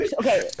Okay